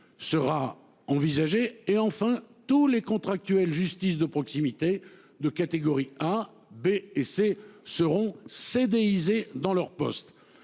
sera envisagée et enfin tous les contractuels justice de proximité de catégorie A, B et C seront cédées Izé dans leur poste.